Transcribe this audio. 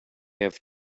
have